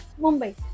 Mumbai